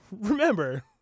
remember